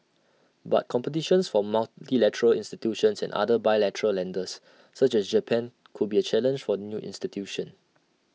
but competitions from multilateral institutions and other bilateral lenders such as Japan could be A challenge for the new institution